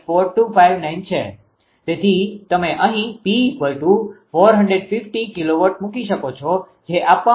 તેથી તમે અહીં P450kW મૂકી શકો છો જે આપવામાં આવેલ છે